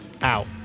out